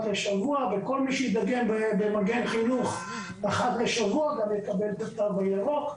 לשבוע וכל מי שיידגם במגן חינוך אחת לשבוע גם יקבל את התו הירוק.